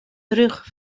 terug